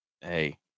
Hey